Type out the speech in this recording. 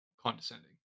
condescending